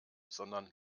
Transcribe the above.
sondern